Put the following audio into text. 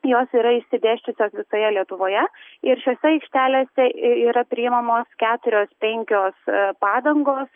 jos yra išsidėsčiusios visoje lietuvoje ir šiose aikštelėse yra priimamos keturios penkios padangos